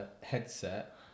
headset